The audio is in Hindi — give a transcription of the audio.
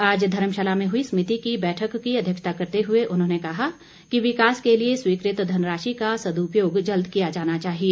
आज धर्मशाला में हुई समिति की बैठक की अध्यक्षता करते हुए उन्होंने कहा कि विकास के लिए स्वीकृत धनराशि का सद्पयोग जल्द किया जाना चाहिए